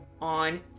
On